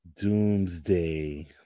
Doomsday